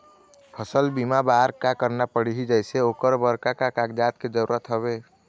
फसल बीमा बार का करना पड़ही जैसे ओकर बर का का कागजात के जरूरत हवे?